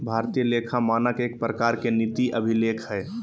भारतीय लेखा मानक एक प्रकार के नीति अभिलेख हय